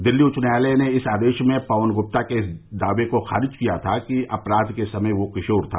दिल्ली उच्च न्यायालय ने इस आदेश में पवन गुप्ता के इस दावे को खारिज किया था कि अपराध के समय वह किशोर था